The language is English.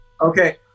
Okay